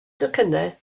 docynnau